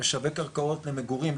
לשווק קרקעות למגורים,